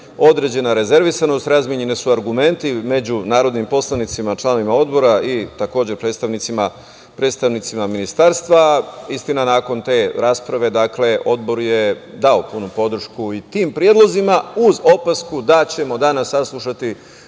određena rezervisanost. Razmenjeni su argumenti među narodnim poslanicima, članovima Odbora i takođe predstavnicima Ministarstva. Istina, nakon te rasprave Odbor je dao punu podršku i tim predlozima uz opasku da ćemo danas saslušati